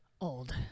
old